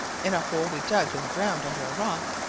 in a hole we dug in the ground under a rock,